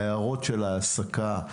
ההערות של ההעסקה,